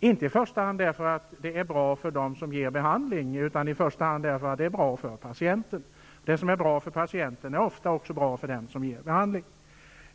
inte i första hand därför att det är bra för dem som ger behandling utan i första hand därför att det är bra för patienten. Det som är bra för patienten är också ofta bra för den som ger behandlingen.